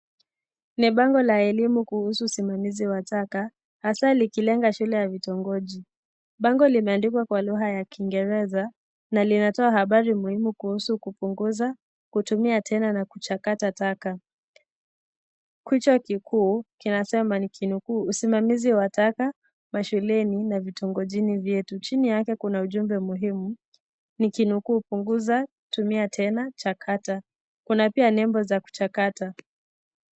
Ni bango la elimu kuhusu Usimamizi wa taka hasa likilenga shule ya vitongoji. Bango limeandikwa kwa lugha ya kiingereza na linatoa habari muhimu kuhusu kupunguza, kutumia tena kuchakata taka. Kichwa kikuu kinasema nikinukuu " Usimamizi wa taka mashuleni na vitongojini vyetu". Chini yake kuna ujumbe muhimu, nikinukuu " Punguza, tumia tena na kata" . Kuna pia nembo za kuchakata.